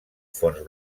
fons